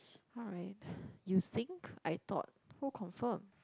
alright you think I thought who confirm